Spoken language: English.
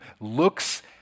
looks